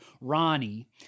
Ronnie